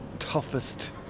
Toughest